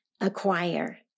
acquire